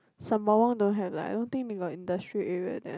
Sembawang don't have lah I don't think they got industry area there